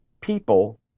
people